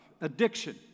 Addiction